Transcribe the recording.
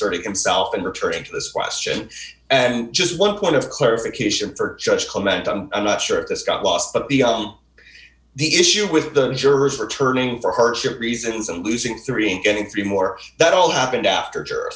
asserting himself and returning to this question and just one point of clarification for just comment on i'm not sure if this got lost but beyond the issue with the jurors returning for her chip reasons and losing three and getting three more that all happened after